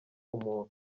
umuntu